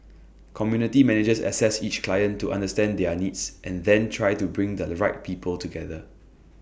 community managers assess each client to understand their needs and then try to bring the right people together